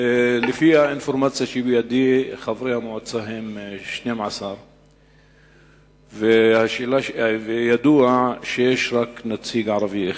לפי האינפורמציה שבידי חברי המועצה הם 12. ידוע שיש רק נציג ערבי אחד,